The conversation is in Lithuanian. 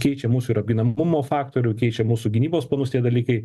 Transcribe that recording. keičia mūsų ir apginamumo faktorių keičia mūsų gynybos planus tie dalykai